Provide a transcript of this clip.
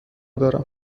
دارم